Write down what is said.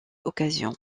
occasions